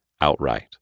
outright